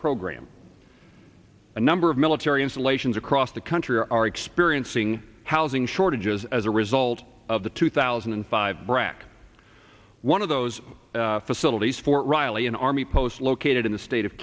program a number of military installations across the country are experiencing housing shortages as a result of the two thousand and five brac one of those facilities for riley an army post located in the state of